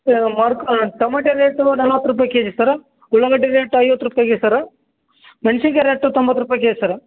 tomato rate ನಲವತ್ತು ರೂಪಾಯಿ K G sir ಉಳ್ಳಾಗಡ್ಡೆ ರೇಟ್ ಐವತ್ತು ರೂಪಾಯ್ಗೆ ಸರ ಮೆಣ್ಸಿನ್ಕಾಯ್ ರೇಟ್ ತೊಂಬತ್ತು ರೂಪಾಯಿ ಕೆ ಜಿ ಸರ